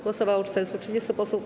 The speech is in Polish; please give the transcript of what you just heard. Głosowało 430 posłów.